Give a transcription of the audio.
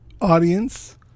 audience